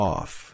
Off